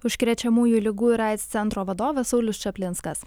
užkrečiamųjų ligų ir aids centro vadovas saulius čaplinskas